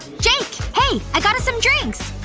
jake! hey! i got us some drinks!